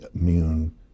immune